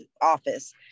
office